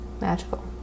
magical